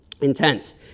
Intense